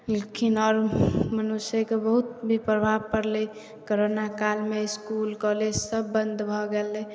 छलखिन आओर मनुष्यके बहुत भी प्रभाब परलै कोरोना कालमे इसकूल कॉलेज सब बंद भऽ गेलै